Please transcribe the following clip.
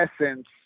essence